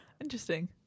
Interesting